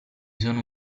sono